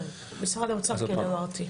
"מסלול בטוח").